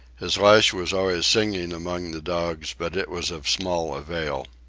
his lash was always singing among the dogs, but it was of small avail.